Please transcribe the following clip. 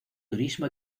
turismo